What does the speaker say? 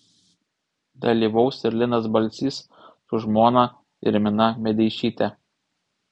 dalyvaus ir linas balsys su žmona irmina medeišyte